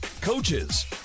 coaches